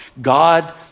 God